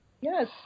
yes